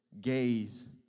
Gaze